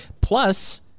plus